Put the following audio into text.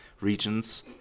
regions